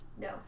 No